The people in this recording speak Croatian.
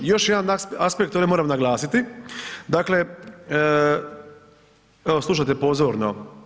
Još jedan aspekt, ovdje moram naglasiti, dakle evo slušajte pozorno.